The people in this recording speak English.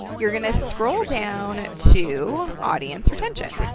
you're going to scroll down to audience retention.